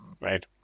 right